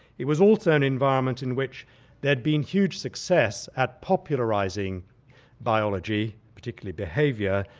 it was also an environment in which there'd been huge success at popularising biology, particularly behaviour,